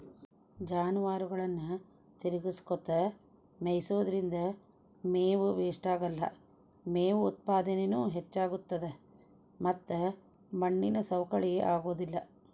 ಜಾನುವಾರುಗಳನ್ನ ತಿರಗಸ್ಕೊತ ಮೇಯಿಸೋದ್ರಿಂದ ಮೇವು ವೇಷ್ಟಾಗಲ್ಲ, ಮೇವು ಉತ್ಪಾದನೇನು ಹೆಚ್ಚಾಗ್ತತದ ಮತ್ತ ಮಣ್ಣಿನ ಸವಕಳಿ ಆಗೋದಿಲ್ಲ